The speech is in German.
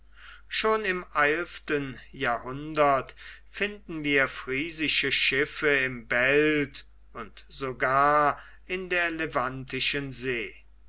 schon im eilften jahrhundert finden wir friesische schiffe im belt und sogar in der levantischen see